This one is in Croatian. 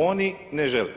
Oni ne žele,